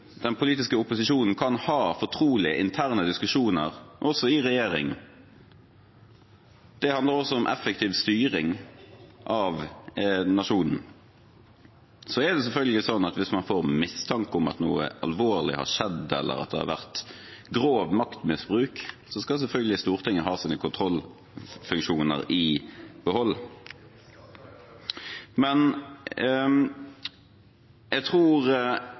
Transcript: den politiske opposisjonen kan ha fortrolige interne diskusjoner – og også regjeringen. Det handler også om effektiv styring av nasjonen. Så er det selvfølgelig sånn at hvis man får mistanke om at noe alvorlig har skjedd, eller at det har vært grov maktmisbruk, skal selvfølgelig Stortinget ha sine kontrollfunksjoner i behold. Men jeg tror